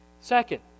Second